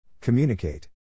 Communicate